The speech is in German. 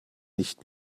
nicht